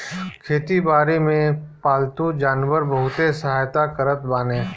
खेती बारी में पालतू जानवर बहुते सहायता करत बाने